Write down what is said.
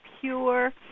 pure